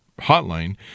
hotline